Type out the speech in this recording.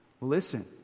listen